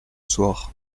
soir